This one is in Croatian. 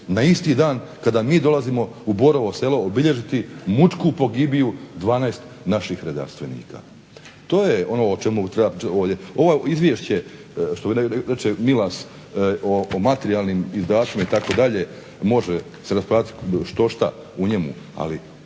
na isti dan kada mi dolazimo u Borovo Selo obilježiti mučku pogibiju 12 naših redarstvenika. To je ono o čemu treba ovdje, ovo izvješće što reče Milas o materijalnim izdacima itd. može se raspravljati štošta u njemu, ali